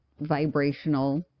vibrational